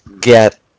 get